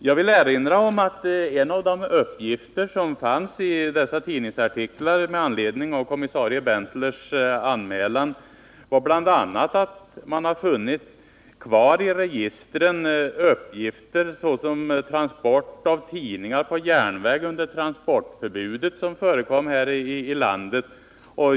Jag vill erinra om att en av de uppgifter som fanns i tidningsartiklarna med anledning av kommissarie Berntlers anmälan var att det i registren fanns kvar uppgifter om t.ex. transport av tidningar på järnväg under det transportförbud som fanns här i landet.